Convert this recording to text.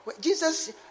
Jesus